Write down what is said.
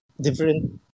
different